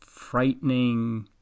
frightening